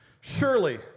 Surely